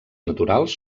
naturals